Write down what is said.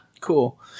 cool